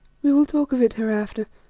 we will talk of it hereafter.